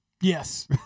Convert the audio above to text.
Yes